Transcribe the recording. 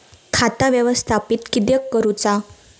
खाता व्यवस्थापित किद्यक करुचा?